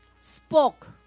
spoke